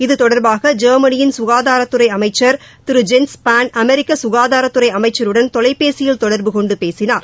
இது தொடர்பாக தெற்மனியின் சுகாதாரத்துறை அமைச்சர் திரு ஜென்ஸ் ஸ்பான் அமெரிக்க சுகாதாரத்துறை அமைச்சருடன் தொலைபேசியில் தொடர்புகொண்டு பேசினார்